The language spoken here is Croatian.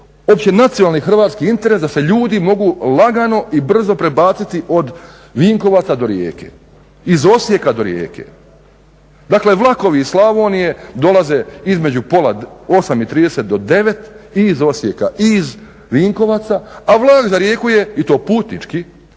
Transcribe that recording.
uopće nacionalni hrvatski interes da se ljudi mogu lagano i brzo prebaciti od Vinkovaca do Rijeke iz Osijeka do Rijeke? Dakle vlakovi iz Slavonije dolaze između 8,30 do 9,00 i iz Osijeka i iz Vinkovaca, a vlak za Rijeku je i to putnički